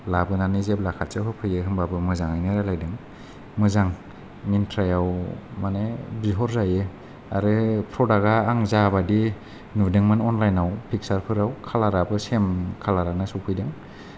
लाबोनानै जेब्ला खाथियाव होफैयो होनबाबो मोजाङैनो रायलायदों मोजां मिनट्रायाव माने बिहर जायो आरो प्रदाक्टया आं जा बायदि नुदोंमोन अनलायनाव फिकसारफोराव कालाराबो सेम कालारानो सफैदों